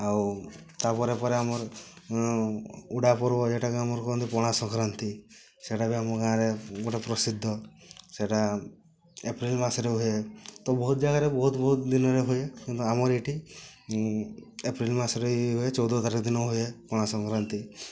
ଆଉ ତା' ପରେ ପରେ ଆମର ଉଡ଼ାପର୍ବ ଯେଉଁଟାକି ଆମର କହନ୍ତି ପଣା ସଂକ୍ରାନ୍ତି ସେଟା ବି ଆମ ଗାଁ'ରେ ଗୋଟେ ପ୍ରସିଦ୍ଧ ସେଟା ଏପ୍ରିଲ୍ ମାସରେ ହୁଏ ତ ବହୁତ ଜାଗାରେ ବହୁତ ବହୁତ ଦିନରେ ହୁଏ କିନ୍ତୁ ଆମର ଏଠି ଏପ୍ରିଲ୍ ମାସରେ ହୁଏ ଚଉଦ ତାରିଖ ଦିନ ହୁଏ ପଣା ସଂକ୍ରାନ୍ତି